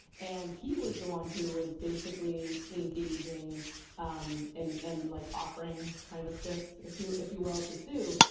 and he was the one who was basically engaging and and like offering kind of assists if you if you will to sue.